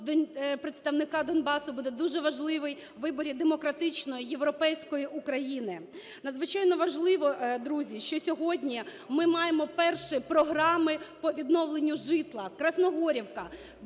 представника Донбасу буде дуже важливий у виборі демократичної, європейської України. Надзвичайно важливо, друзі, що сьогодні ми маємо перші програми по відновленню житла. Красногорівка: